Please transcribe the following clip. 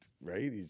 Right